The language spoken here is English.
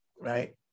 right